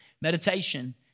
Meditation